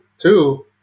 two